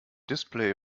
display